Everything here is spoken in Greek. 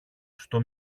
στο